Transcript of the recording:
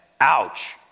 ouch